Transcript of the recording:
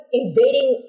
invading